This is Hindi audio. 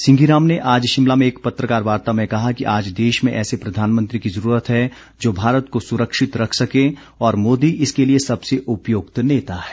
सिंघी राम ने आज शिमला में एक पत्रकार वार्ता में कहा कि आज देश में ऐसे प्रधानमंत्री की ज़रूरत है जो भारत को सुरक्षित रख सके और मोदी इसके लिए सबसे उपयुक्त नेता हैं